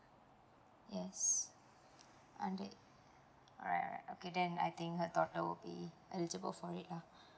yes got it alright alright okay then I think her daughter will be eligible for it